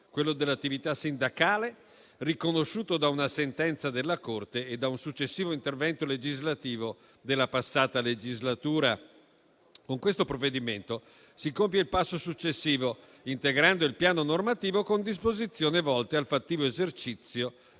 quello all'attività sindacale, riconosciuto da una sentenza della Corte e da un successivo intervento legislativo della scorsa legislatura. Con il provvedimento in esame si compie il passo successivo, integrando il piano normativo con disposizioni volte al fattivo esercizio